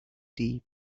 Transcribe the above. deep